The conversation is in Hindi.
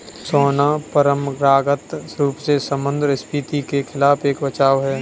सोना परंपरागत रूप से मुद्रास्फीति के खिलाफ एक बचाव है